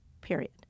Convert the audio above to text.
period